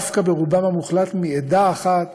דווקא ברובם המוחלט מעדה אחת,